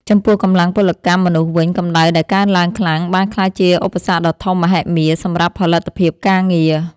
ចំពោះកម្លាំងពលកម្មមនុស្សវិញ កម្ដៅដែលកើនឡើងខ្លាំងបានក្លាយជាឧបសគ្គដ៏ធំមហិមាសម្រាប់ផលិតភាពការងារ។